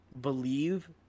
believe